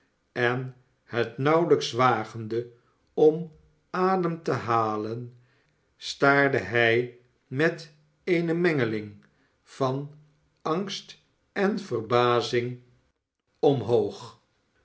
en het nauwelijks wagende om adem te halen staarde hij met eene mengeling van angst en verbazing omhoog